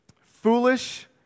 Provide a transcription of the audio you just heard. foolish